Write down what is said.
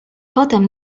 potem